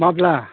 माब्ला